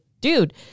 dude